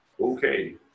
okay